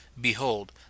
behold